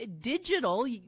digital